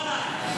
לא עליי.